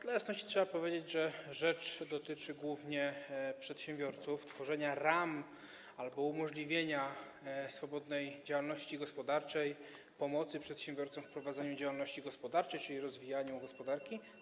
Dla jasności trzeba powiedzieć, że rzecz dotyczy głównie przedsiębiorców, tworzenia ram dla swobodnej działalności gospodarczej, pomocy przedsiębiorcom w prowadzeniu działalności gospodarczej, czyli rozwijaniu gospodarki.